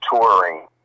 touring